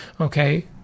okay